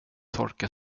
torka